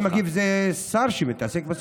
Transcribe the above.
מי שמגיב זה שר שעוסק בזה.